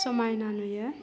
समायना नुयो